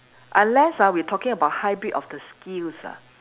unless ah we talking about hybrid of the skills ah